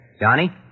Johnny